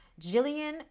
Jillian